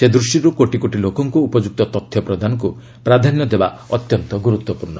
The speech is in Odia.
ସେ ଦୃଷ୍ଟିରୁ କୋଟି କୋଟି ଲୋକଙ୍କୁ ଉପଯୁକ୍ତ ତଥ୍ୟ ପ୍ରଦାନକୁ ପ୍ରାଧାନ୍ୟ ଦେବା ଅତ୍ୟନ୍ତ ଗୁରୁତ୍ୱପୂର୍ଣ୍ଣ